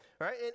right